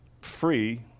Free